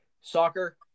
soccer